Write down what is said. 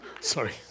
Sorry